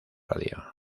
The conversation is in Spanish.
radio